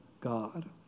God